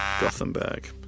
Gothenburg